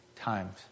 times